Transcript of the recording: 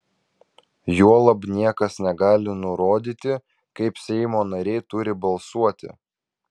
juolab niekas negali nurodyti kaip seimo nariai turi balsuoti